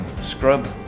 scrub